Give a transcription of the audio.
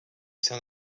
sant